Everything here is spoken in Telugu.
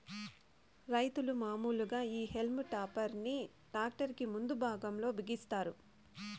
రైతులు మాములుగా ఈ హల్మ్ టాపర్ ని ట్రాక్టర్ కి ముందు భాగం లో బిగిస్తారు